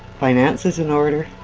finances in order